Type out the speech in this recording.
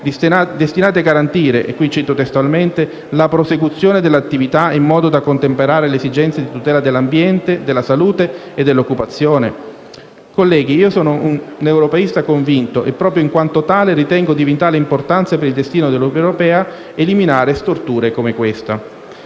destinati a garantire - cito testualmente - la prosecuzione dell'attività in modo da contemperare le esigenze di tutela dell'ambiente, della salute e dell'occupazione. Colleghi io sono un europeista convinto, e proprio in quanto tale ritengo di vitale importanza, per il destino dell'Unione europea, eliminare storture come questa.